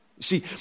See